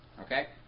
Okay